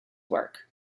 work